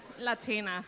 Latina